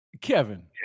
Kevin